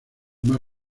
más